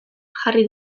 jarri